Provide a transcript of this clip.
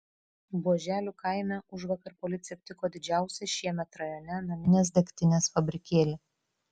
buoželių kaime užvakar policija aptiko didžiausią šiemet rajone naminės degtinės fabrikėlį